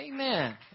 Amen